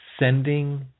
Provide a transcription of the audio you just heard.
sending